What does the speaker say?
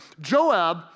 Joab